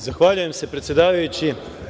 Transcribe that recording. Zahvaljujem se predsedavajući.